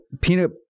peanut